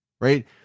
right